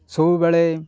ସବୁବେଳେ